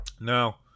Now